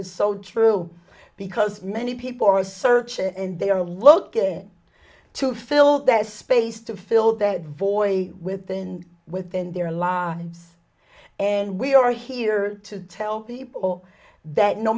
is so true because many people are searching and they are looking to fill that space to fill that void within within their lives and we are here to tell people that no